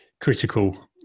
critical